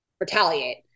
retaliate